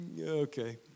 Okay